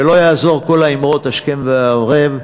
ולא יעזרו כל האמירות השכם והערב,